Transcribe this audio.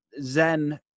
Zen